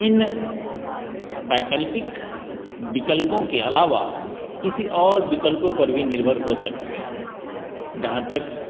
इन वैकल्पिक विकल्पों के अलावा किसी और विकल्पों पर भी निर्भर हो सकते हैं जहाँ तक